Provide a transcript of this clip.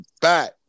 back